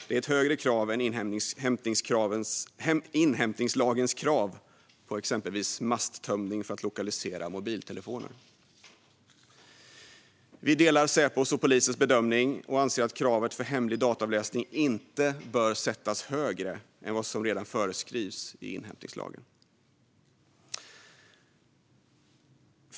Det är ett högre krav än inhämtningslagens krav på exempelvis masttömning för att lokalisera mobiltelefoner. Kristdemokraterna delar Säpos och polisens bedömning och anser att kravet för hemlig dataavläsning inte bör sättas högre än vad som redan föreskrivs i inhämtningslagen.